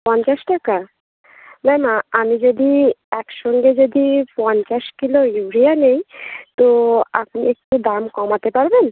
পঞ্চাশ টাকা ম্যাম আমি যদি একসঙ্গে যদি পঞ্চাশ কিলো ইউরিয়া নেই তো আপনি একটু দাম কমাতে পারবেন